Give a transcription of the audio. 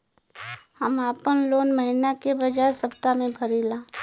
हम आपन लोन महिना के बजाय सप्ताह में भरीला